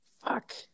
Fuck